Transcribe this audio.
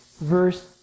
verse